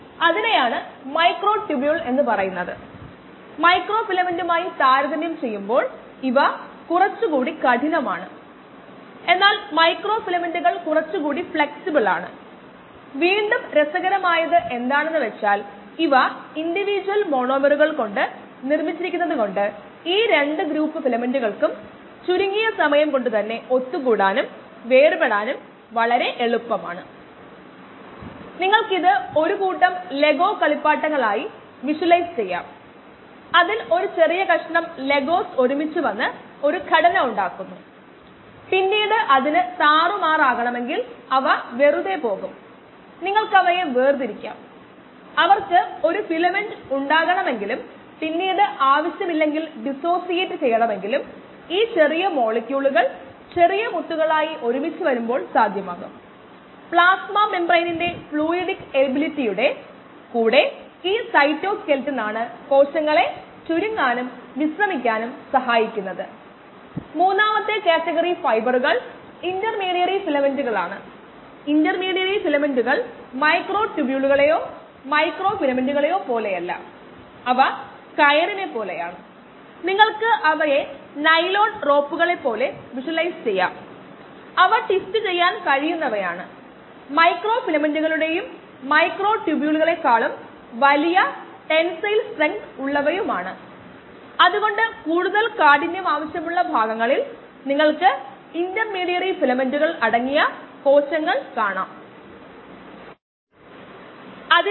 അറിയപ്പെടുന്നതോ നൽകിയതോ ആയവ ഇനോകുലെഷനു തൊട്ടുപിന്നാലെ കോശങ്ങളുടെ സാന്ദ്രത ലിറ്ററിന് 0